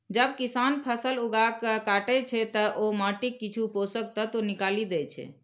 जब किसान फसल उगाके काटै छै, ते ओ माटिक किछु पोषक तत्व निकालि दै छै